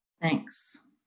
Thanks